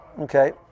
Okay